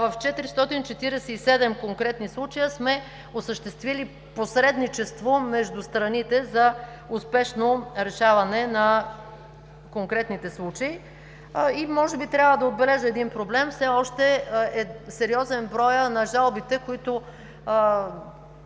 в 447 конкретни случая сме осъществили посредничество между страните за успешно решаване на конкретните случаи. Може би трябва да отбележа един проблем. Все още е сериозен броят на жалбите, които